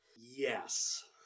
Yes